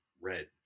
red